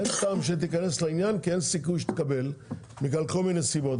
אין טעם שתיכנס לעניין כי אין סיכוי שתקבל בגלל כל מיני סיבות.